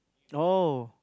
oh